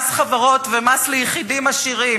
מס חברות ומס ליחידים עשירים,